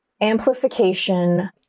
amplification